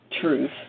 truth